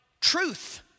truth